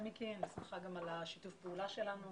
אני גם שמחה על שיתוף הפעולה שלנו.